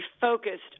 focused